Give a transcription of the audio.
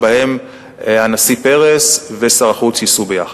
ונשיא פרס ושר החוץ ייסעו ביחד.